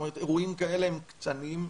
אירועים כאלה הם קטנים,